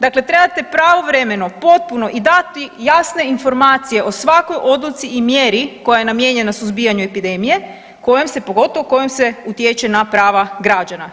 Dakle, trebate pravovremeno, potpuno i dati jasne informacije o svakoj odluci i mjeri koja je namijenjena suzbijanju epidemije kojom se pogotovo kojom se utječe na prava građana.